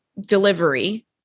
delivery